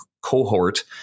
cohort